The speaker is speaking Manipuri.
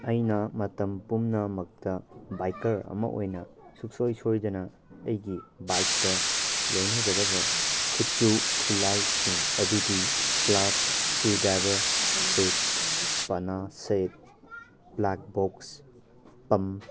ꯑꯩꯅ ꯃꯇꯝ ꯄꯨꯝꯅꯃꯛꯇ ꯕꯥꯏꯛꯀꯔ ꯑꯃ ꯑꯣꯏꯅ ꯁꯨꯡꯁꯣꯏ ꯁꯣꯏꯗꯅ ꯑꯩꯒꯤ ꯕꯥꯏꯛꯇ ꯂꯣꯏꯅꯒꯗꯕ ꯈꯨꯠꯁꯨ ꯈꯨꯠꯂꯥꯏꯁꯤꯡ ꯑꯗꯨꯗꯤ ꯄ꯭ꯂꯥꯁ ꯁ꯭ꯀꯔꯨꯗ꯭ꯔꯥꯏꯚꯔ ꯁꯦꯠ ꯄꯅꯥ ꯁꯦꯠ ꯄ꯭ꯂꯥꯛ ꯕꯣꯛꯁ ꯄꯝ